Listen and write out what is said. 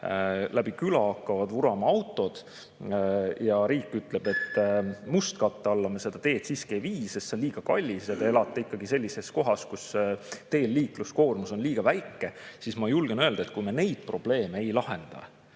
läbi küla hakkavad vurama autod ja riik ütleb, et mustkatte alla me seda teed siiski ei vii, sest see on liiga kallis, ja te elate sellises kohas, kus tee liikluskoormus on liiga väike, siis ma julgen öelda, et kui me neid probleeme ei lahenda,